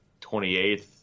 28th